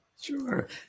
Sure